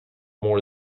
more